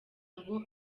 ngo